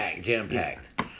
jam-packed